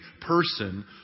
person